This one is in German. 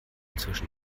zwischen